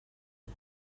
who